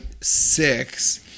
six